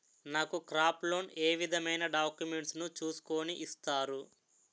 నాకు crop loan ఏ విధమైన డాక్యుమెంట్స్ ను చూస్కుని ఇస్తారు?